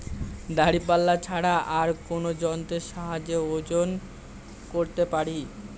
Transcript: দাঁড়িপাল্লা ছাড়া আর কোন যন্ত্রের সাহায্যে ওজন করতে পারি?